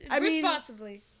responsibly